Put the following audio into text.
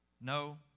No